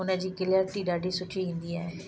उन जी क्लैरिटी ॾाढी सुठी ईंदी आहे